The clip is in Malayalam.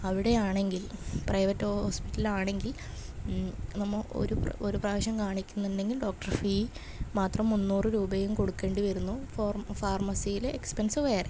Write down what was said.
അവിടെയാണങ്കിൽ പ്രൈവറ്റോസ്പിറ്റലാണെങ്കിൽ നമ്മൾ ഒരുപ്രാവശ്യം ഒരു പ്രാവശ്യം കാണിക്കുന്നുണ്ടെങ്കിൽ ഡോക്ടർ ഫീ മാത്രം മുന്നൂറ് രൂപെയും കൊടുക്കേണ്ടി വരുന്നു ഫോർ ഫാർമസീല് എക്സ്പ്പെൻസ്സ് വേറെ